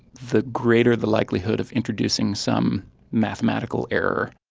the greater the likelihood of introducing some mathematical error.